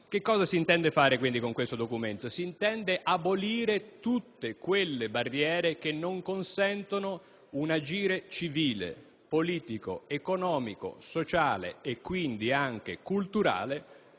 Che cosa si intende fare con questo documento? Si intendono abolire tutte quelle barriere che non consentono l'agire civile, politico, economico, sociale - e quindi anche culturale